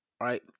Right